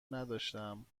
نداشتم